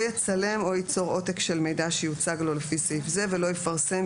יצלם או יצור עותק של מידע שיוצג לו לפי סעיף זה ולא יפרסם,